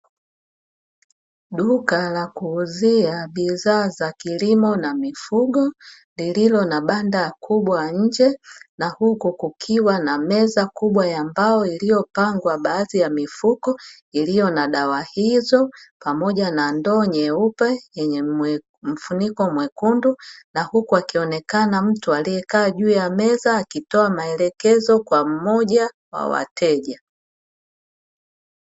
Duka la kuuzia bidhaa za kilimo na mifugo. Lililo na banda kubwa nje na huku kukiwa meza kubwa ya mbao. Iliyopangwa baadhi ya mifuko ya dawa hizo, pamoja na ndoo nyeupe na mfuniko mwekundu. Huku akionekana mtu aliyekaa juu ya meza akionekana akitoa maelekezo kwa mmoja wa wateja.